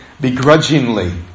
begrudgingly